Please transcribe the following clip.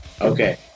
Okay